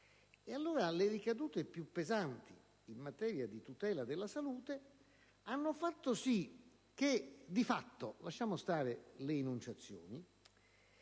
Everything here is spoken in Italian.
Le ricadute più pesanti in materia di tutela della salute hanno allora fatto sì che di fatto - lasciando stare le enunciazioni